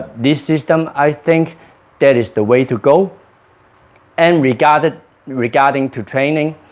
this system. i think that is the way to go and regarding regarding to training